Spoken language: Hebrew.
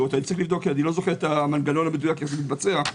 את המנגנון המדויק איך זה מתבצע.